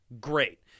Great